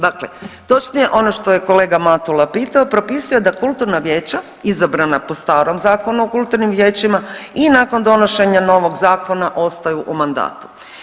Dakle, točnije ono što je kolega Matula pitao propisuje da kulturna vijeća izabrana po starom Zakonu o kulturnim vijećima i nakon donošenja novog zakona ostaju u mandatu.